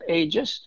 ages